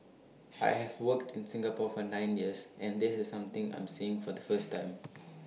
I have worked in Singapore for nine years and this is something I'm seeing for the first time